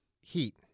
Heat